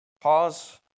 pause